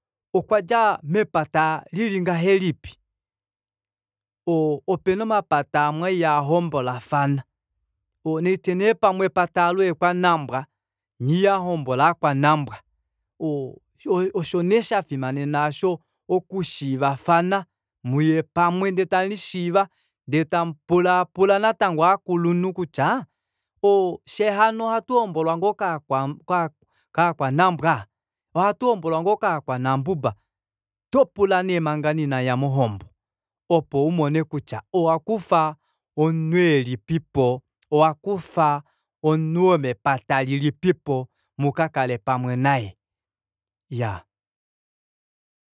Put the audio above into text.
Okwadja mepata lili ngahelipi opena omapata amwe ihaa hombolafana naitye nee pamwe epata aalo ekwanambwa nyee ihamuhombola ovakwanambwa osho nee shafimanena osho okushiivafana muye pamwe ndee tamulishiiva ndee tamupulaapula natango ovakulunhu kutya fyee hano ohatuhombolwa ngoo kovakwanambwa ohatu hombolwa ngoo kovakwanambuba oto pula nee manga inamuya mohombo opo umone kutya owakufa omunhu elipipo owakufa omunhu womepata lilipipo mukakale pamwe naye